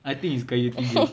I think it's kayu tiga